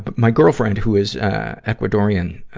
but my girlfriend, who is, ah, ecuadorian, ah,